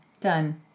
done